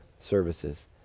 Services